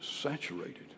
saturated